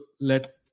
let